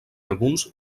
alguns